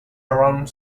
around